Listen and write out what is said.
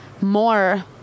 more